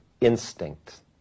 instinct